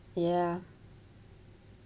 ya